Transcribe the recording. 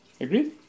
Agreed